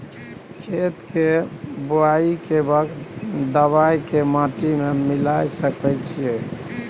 खेत के बुआई के वक्त दबाय के माटी में मिलाय सके छिये?